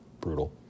brutal